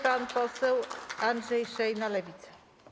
Pan poseł Andrzej Szejna, Lewica.